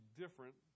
different